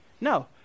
No